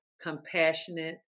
compassionate